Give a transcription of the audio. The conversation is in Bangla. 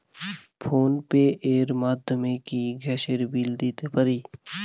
ফোন পে র মাধ্যমে কি গ্যাসের বিল দিতে পারি?